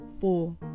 four